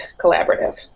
Collaborative